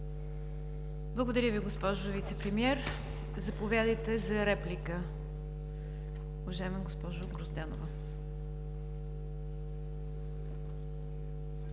Благодаря Ви, госпожо Вицепремиер. Заповядайте за реплика, уважаема госпожо Грозданова.